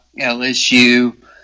LSU